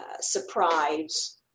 surprise